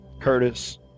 Curtis